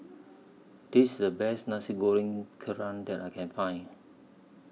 This IS The Best Nasi Goreng Kerang that I Can Find